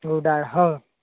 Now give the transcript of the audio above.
हो हो